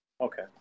Okay